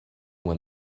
when